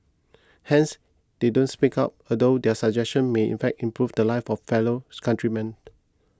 hence they don't speak up although their suggestions may in fact improve the lives of fellows countrymen